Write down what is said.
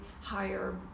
higher